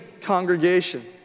congregation